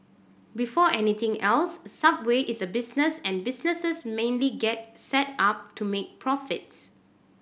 before anything else Subway is a business and businesses mainly get set up to make profits